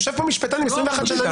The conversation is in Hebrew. יושב כאן משפטן עם ניסיון של 21 שנים.